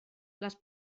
les